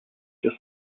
just